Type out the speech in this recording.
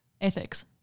Ethics